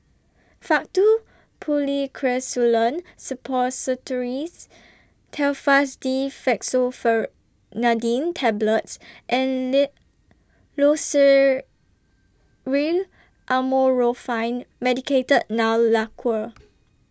Faktu Policresulen Suppositories Telfast D Fexofenadine Tablets and Loceryl Amorolfine Medicated Nail Lacquer